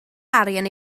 arian